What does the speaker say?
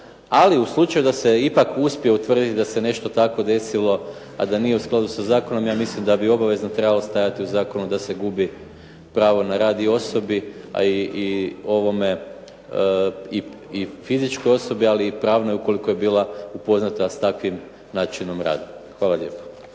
ali u slučaju da se ipak uspije utvrditi da se nešto takvo desilo a da nije u skladu sa zakonom ja mislim da bi obavezno trebalo stajati u zakonu da se gubi pravo na rad osobi a i fizičkoj osobi ali i pravnoj ukoliko je bila upoznata s takvim načinom rada. Hvala lijepo.